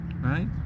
right